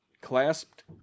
Clasped